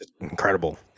incredible